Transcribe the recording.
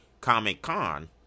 Comic-Con